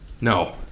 No